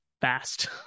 fast